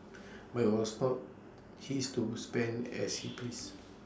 but IT was not his to spend as he pleased